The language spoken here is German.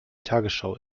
tagesschau